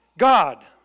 God